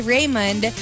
Raymond